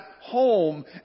home